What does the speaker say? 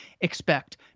expect